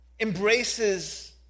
embraces